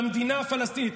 למדינה הפלסטינית.